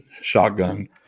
shotgun